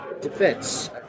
defense